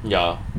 ya